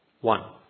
One